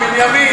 תתחילו לנהל.